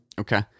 Okay